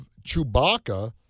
Chewbacca